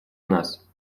нас